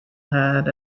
had